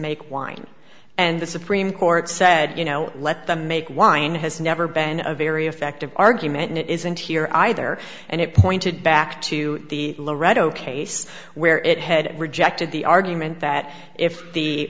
make wine and the supreme court said you know let them make wine has never been a very effective argument it isn't here either and it pointed back to the loreto case where it had rejected the argument that if the